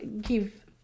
Give